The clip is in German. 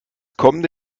kommende